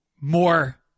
more